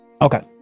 Okay